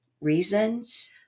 reasons